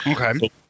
Okay